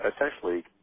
essentially